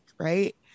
Right